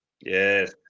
Yes